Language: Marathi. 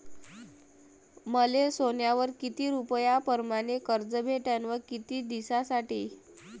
मले सोन्यावर किती रुपया परमाने कर्ज भेटन व किती दिसासाठी?